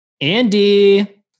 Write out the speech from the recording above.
Andy